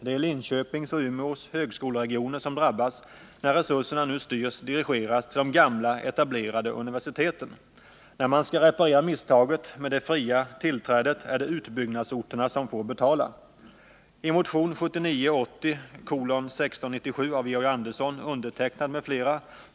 Det är Linköpings och Umeås högskoleregioner som drabbas när resurserna nu dirigeras till de gamla, etablerade universiteten. När man skall reparera misstaget med det fria tillträdet är det utbyggnadsorterna som får betala.